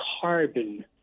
carbon